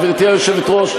גברתי היושבת-ראש,